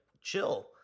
chill